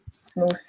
smooth